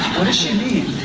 what does she mean?